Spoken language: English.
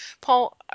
Paul